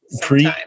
Pre